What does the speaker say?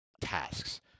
tasks